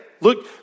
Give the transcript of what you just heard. Look